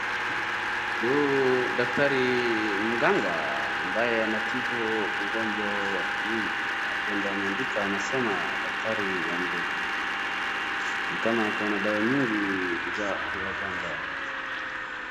Huu daktari mganga ambaye anatibu ugonjwa nyingi hapo ndiyo ameandika anasema daktari ya nguvu. Ni kama ako na dawa nyingi za waganga.